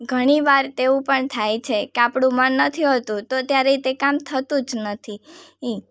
ઘણી વાર તેવું પણ થાય છે કે આપણું મન નથી હોતું તો ત્યારે તે કામ થતું જ નથી ઇ